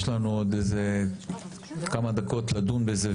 יש לנו עוד איזה כמה דקות לדון בזה,